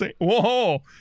whoa